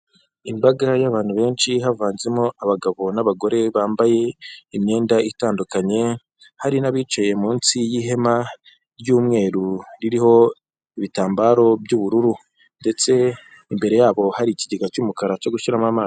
Imbaga y'abantu benshi havanzemo abagabo n'abagore bambaye imyenda itandukanye, hari n'abicaye munsi y'ihema ry'umweru ririho ibitambaro by'ubururu ndetse imbere yabo hari ikigega cy'umukara cyo gushyiramo amazi.